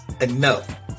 Enough